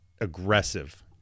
aggressive